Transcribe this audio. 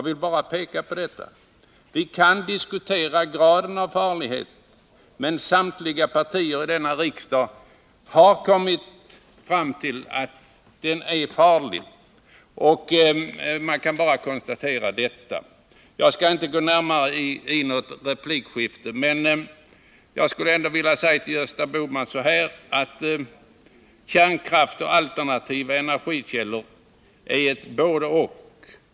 Vi kan diskutera graden av farlighet, men samtliga partier här i riksdagen har kommit fram till att den är farlig. Nu skall jag som sagt inte gå in i något mera omfattande replikskifte, men jag skulle vilja säga till Gösta Bohman att kärnkraft och alternativa energikällor är ett både-och.